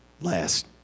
last